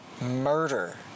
murder